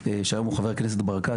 שהיום הוא חבר הכנסת ניר ברקת,